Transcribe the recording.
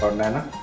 um naina